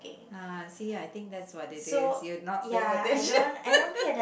ah see I think that's what it is you're not paying attention